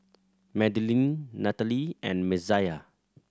Madilynn Natalee and Messiah